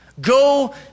Go